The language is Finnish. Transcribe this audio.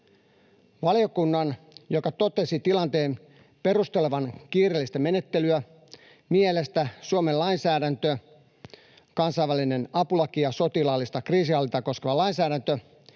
Valiokunnan, joka totesi tilanteen perustelevan kiireellistä menettelyä, mielestä Suomen lainsäädäntö, kansainvälinen apulaki ja sotilaallista kriisinhallintaa koskeva lainsäädäntö